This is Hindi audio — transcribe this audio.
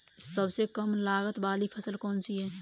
सबसे कम लागत वाली फसल कौन सी है?